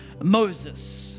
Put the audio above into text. Moses